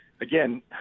Again